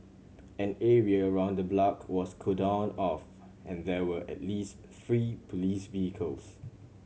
an area around the block was cordoned off and there were at least three police vehicles